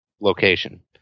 location